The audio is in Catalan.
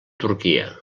turquia